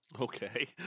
Okay